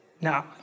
Now